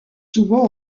souvent